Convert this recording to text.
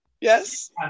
Yes